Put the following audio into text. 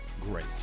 great